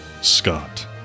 Scott